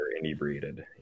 inebriated